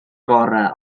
gorau